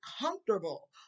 comfortable